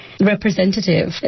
representative